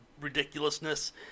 ridiculousness